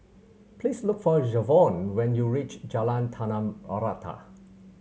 please look for Jevon when you reach Jalan Tanah Rata